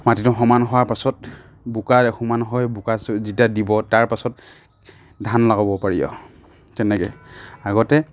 মাটিটো সমান হোৱাৰ পাছত বোকাৰে সমান হয় বোকা যেতিয়া দিব তাৰপাছত ধান লগাব পাৰি আৰু তেনেকে আগতে